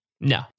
no